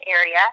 area